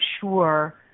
sure